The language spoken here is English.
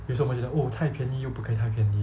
有时候我们又觉得 oh 太便宜又不可以太便宜